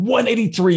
183